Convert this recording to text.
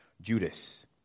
Judas